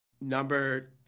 number